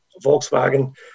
Volkswagen